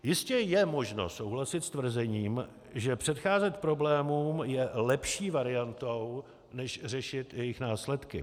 Jistě je možno souhlasit s tvrzením, že předcházet problémům je lepší variantou než řešit jejich následky.